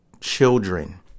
children